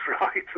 right